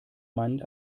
meinen